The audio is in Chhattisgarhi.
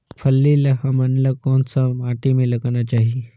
फल्ली ल हमला कौन सा माटी मे लगाना चाही?